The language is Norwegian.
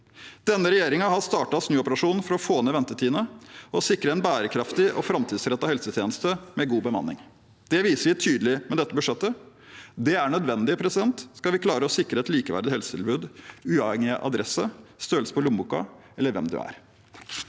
Denne regjeringen har startet snuoperasjonen for å få ned ventetidene og sikre en bærekraftig og framtidsrettet helsetjeneste med god bemanning. Det viser vi tydelig med dette budsjettet. Det er nødvendig, skal vi klare å sikre et likeverdig helsetilbud uavhengig av adresse, størrelse på lommeboka eller hvem du er.